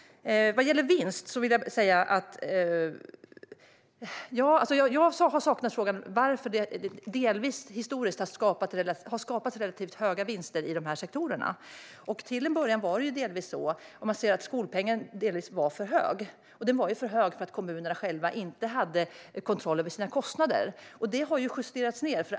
Beträffande vinst har jag saknat frågan varför det delvis historiskt har skapats relativt höga vinster i dessa sektorer. Till en början var skolpengen för hög därför att kommunerna själva inte hade kontroll över sina kostnader, men nu har det justerats ned.